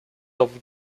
over